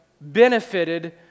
benefited